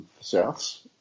Souths